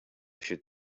should